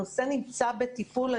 הנושא נמצא בטיפול.